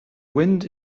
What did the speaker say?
wind